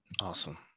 Awesome